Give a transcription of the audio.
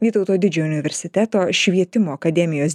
vytauto didžiojo universiteto švietimo akademijos